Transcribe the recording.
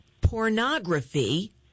pornography